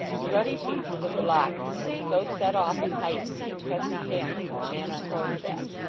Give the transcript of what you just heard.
the ruddy features of the locksmith so set off and heightened the excessive paleness of the man on horseback,